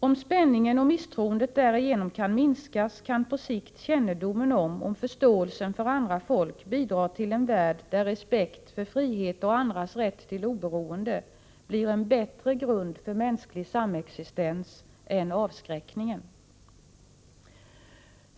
Om spänningen och misstroendet därigenom kan minskas, kan på sikt kännedomen om och förståelsen för andra folk bidra till en värld där respekt för frihet och andras rätt till oberoende blir en bättre grund för mänsklig samexistens än avskräckningen.